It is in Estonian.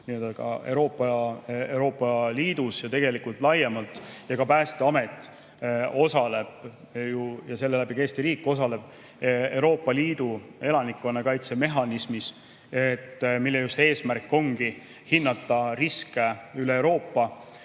Euroopa Liidus ja ka laiemalt. Ka Päästeamet ja seeläbi Eesti riik osaleb Euroopa Liidu elanikkonnakaitse mehhanismis, mille eesmärk ongi hinnata riske üle Euroopa